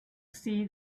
see